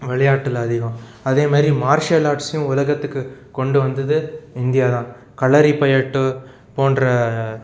விளையாட்டில் அதிகம் அதே மாதிரி மார்ஷியல் ஆர்ட்ஸையும் உலகத்துக்கு கொண்டு வந்தது இந்தியா தான் களரி பயட்டு போன்ற